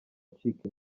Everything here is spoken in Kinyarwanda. acika